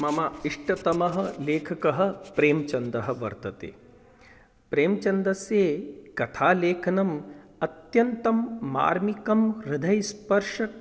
मम इष्टतमः लेखकः प्रेमचन्दः वर्तते प्रेमचन्दस्य कथालेखनं अत्यन्तं मार्मिकं हृदयस्पर्श